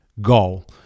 goal